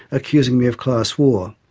accusing me of class war.